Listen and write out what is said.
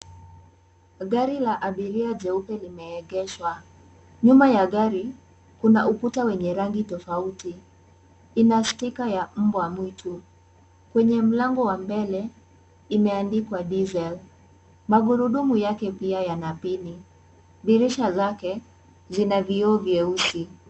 Gari la abiria jeupe limeegeshwa. Nyuma ya gari kuna ukuta wenye rangi tofauti. Ina stika ya mbwa mwitu. Kwenye mlango la mbele imeandikwa diesel . Magurudumu yake pia yana pini. Dirisha zake zina vyoo vyeusi.